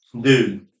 dude